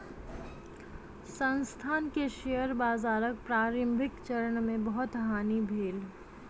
संस्थान के शेयर बाजारक प्रारंभिक चरण मे बहुत हानि भेल